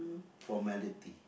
formality